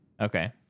Okay